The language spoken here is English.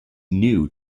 new